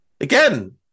Again